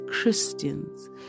Christians